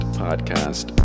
podcast